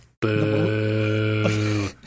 Boo